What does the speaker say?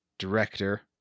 director